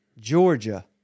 Georgia